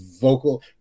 vocal